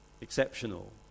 exceptional